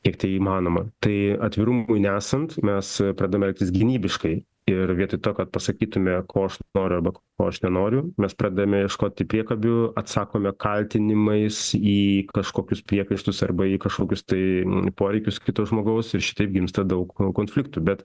kiek tai įmanoma tai atvirumui nesant mes pradedam elgtis gynybiškai ir vietoj to kad pasakytume ko aš noriu arba o aš nenoriu mes pradedame ieškoti priekabių atsakome kaltinimais į kažkokius priekaištus arba į kažkokius tai poreikius kito žmogaus ir šitaip gimsta daug konfliktų bet